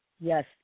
Yes